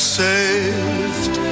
saved